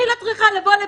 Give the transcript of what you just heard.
אני לא צריכה לבוא לפה,